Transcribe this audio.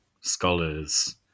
scholars